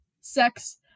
sex